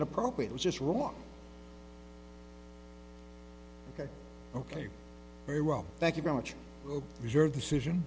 inappropriate was just wrong ok ok very well thank you very much for your decision